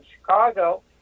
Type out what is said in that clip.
Chicago